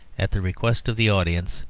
at the request of the audience,